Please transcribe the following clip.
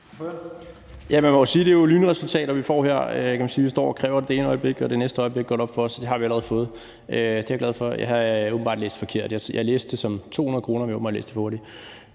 det er lynresultater, vi får her. Vi står og kræver noget det ene øjeblik, og det næste øjeblik går det op for os, at det har vi allerede fået. Det er jeg glad for. Jeg har åbenbart læst forkert. Jeg læste det som 200 kr.,